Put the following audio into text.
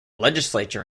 legislature